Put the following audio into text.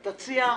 תציע,